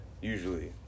usually